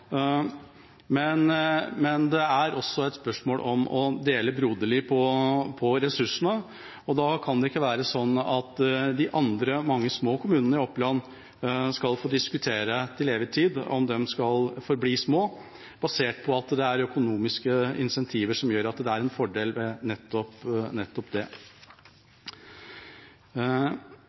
Men det er også et spørsmål om å dele broderlig på ressursene. Da kan det ikke være sånn at de mange andre, små kommunene i Oppland skal få diskutere til evig tid om de skal forbli små, basert på at det er økonomiske incentiver som gjør at nettopp det er en fordel.